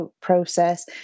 process